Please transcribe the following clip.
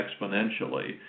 exponentially